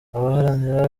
abaharanira